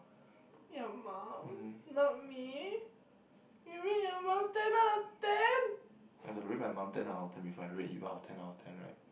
mm I got to rate my mum ten out of ten before I rate you out of ten out of ten right